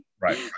right